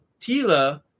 Tila